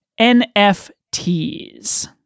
NFTs